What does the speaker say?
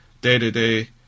day-to-day